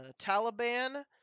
Taliban